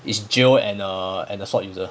it's geo and a and a sword user